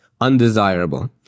undesirable